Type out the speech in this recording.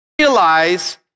realize